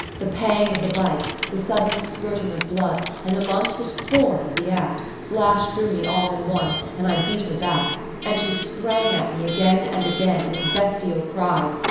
the pang of the bite, the sudden spurting of blood, and the monstrous horror of the act, flashed through me all in one, and i beat her back and she sprang at me again and again, with bestial cries,